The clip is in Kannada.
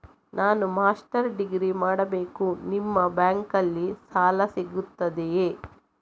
ನಾನು ಮಾಸ್ಟರ್ ಡಿಗ್ರಿ ಮಾಡಬೇಕು, ನಿಮ್ಮ ಬ್ಯಾಂಕಲ್ಲಿ ಸಾಲ ಸಿಗುತ್ತದೆಯೇ?